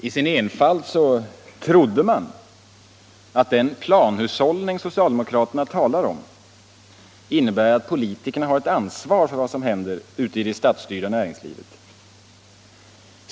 I sin enfald trodde man att den planhushållning socialdemokraterna talar om innebär att politikerna har ett ansvar för vad som händer ute i det statsstyrda näringslivet.